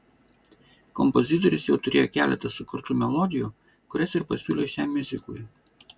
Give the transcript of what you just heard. kompozitorius jau turėjo keletą sukurtų melodijų kurias ir pasiūlė šiam miuziklui